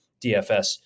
DFS